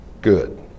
Good